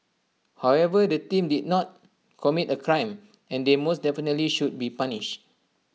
however the team did not commit A crime and they most definitely should be punished